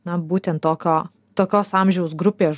na būtent tokio tokios amžiaus grupės